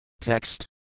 Text